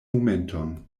momenton